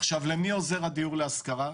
עכשיו, למי עוזר הדיור להשכרה?